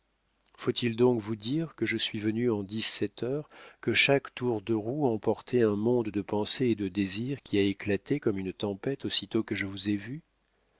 faut-il donc vous dire que je suis venu en dix-sept heures que chaque tour de roue emportait un monde de pensées et de désirs qui a éclaté comme une tempête aussitôt que je vous ai vue